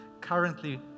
currently